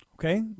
Okay